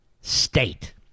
state